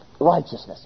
righteousness